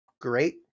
great